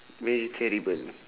very terrible